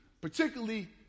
particularly